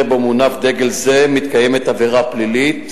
שבו מונף דגל זה מתקיימת עבירה פלילית